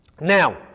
Now